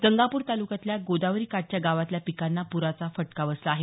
गंगापूर तालुक्यातल्या गोदावरी काठच्या गावांतल्या पिकांना पुराचा फटका बसला आहे